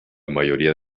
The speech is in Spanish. mayoría